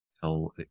tell